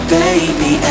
baby